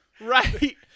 Right